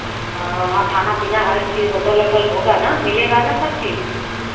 वहाँ खाना पीना हर एक चीज़ होटल ओटल होगा ना मिलेगा ना सब चीज़